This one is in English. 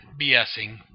BSing